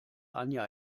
anja